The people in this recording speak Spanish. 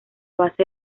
base